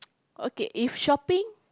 okay if shopping